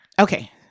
Okay